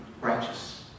righteous